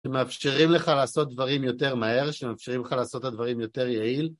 שמאפשרים לך לעשות דברים יותר מהר, שמאפשרים לך לעשות את הדברים יותר יעיל.